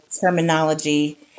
terminology